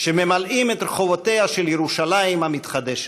שממלאים את רחובותיה של ירושלים המתחדשת.